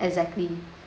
exactly